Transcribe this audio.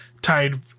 tied